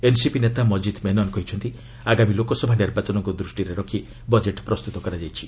NCP ନେତା ମଜିଦ୍ ମେନନ୍ କହିଛନ୍ତି ଆଗାମୀ ଲୋକସଭା ନିର୍ବାଚନକୁ ଦୃଷ୍ଟିରେ ରଖି ବଜେଟ୍ ପ୍ରସ୍ତୁତ କରାଯାଇଛି